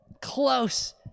close